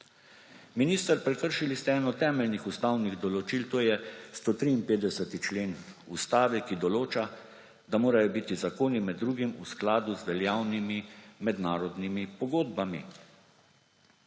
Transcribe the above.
Minister, prekršili ste eno temeljnih ustavnih določil, to je 153. člen Ustave, ki določa, da morajo biti zakoni med drugim v skladu z veljavnimi mednarodnimi pogodbami.